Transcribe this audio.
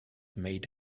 made